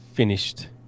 finished